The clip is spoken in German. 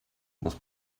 muss